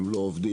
הם לא עובדים,